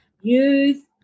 youth